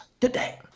today